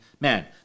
Man